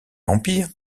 empire